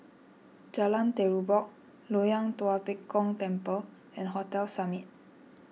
Jalan Terubok Loyang Tua Pek Kong Temple and Hotel Summit